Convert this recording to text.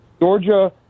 Georgia